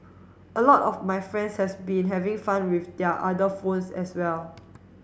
a lot of my friends has been having fun with their other phones as well